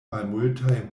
malmultaj